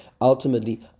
ultimately